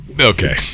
Okay